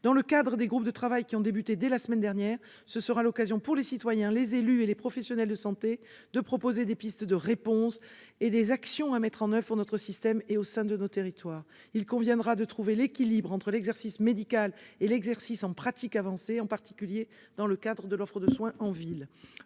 avancée. Les groupes de travail, qui ont débuté dès la semaine dernière, seront l'occasion pour les citoyens, les élus et les professionnels de santé de proposer des pistes de réponse et des actions à mettre en oeuvre pour notre système et au sein de nos territoires. Il conviendra de trouver l'équilibre entre exercice médical et exercice en pratique avancée, en particulier dans le cadre de l'offre de soins en ville.